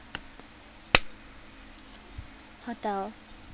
hotel